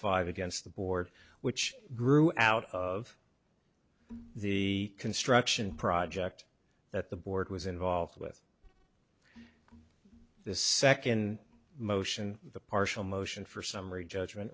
five against the board which grew out of the construction project that the board was involved with the second motion the partial motion for summary judgment